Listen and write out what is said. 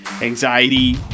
anxiety